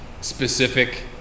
specific